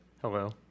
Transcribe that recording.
Hello